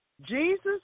Jesus